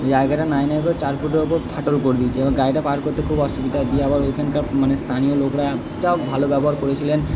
জায়গাটা নাই নাই করে চার ফুটের ওপর ফাটল করে দিয়েছে এবার গাড়িটা পার করতে খুব অসুবিধা ওইখানকার মানে স্থানীয় লোকরা তাও ভালো ব্যবহার করেছিলেন